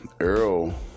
Earl